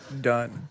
done